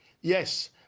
Yes